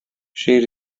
she